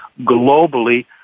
globally